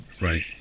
Right